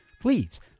please